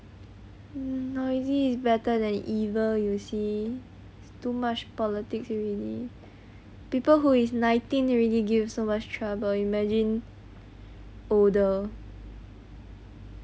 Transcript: noisy it's better than evil you see it's too much politics already people who is nineteen already give so much trouble imagine older